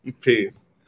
peace